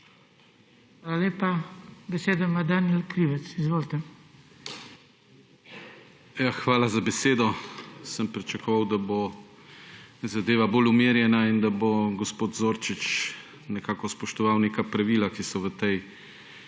Hvala lepa. Besedo ima Danijel Krivec. Izvolite. DANIJEL KRIVEC (PS SDS): Hvala za besedo. Sem pričakoval, da bo zadeva bolj umirjena in da bo gospod Zorčič nekako spoštoval neka pravila, ki so v tej